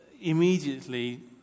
immediately